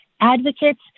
advocates